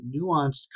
nuanced